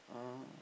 ah